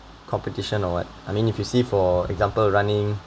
competition or what I mean if you see for example running